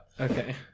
Okay